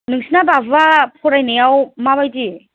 नोंसिना बाबुआ फरायनायाव मा बायदि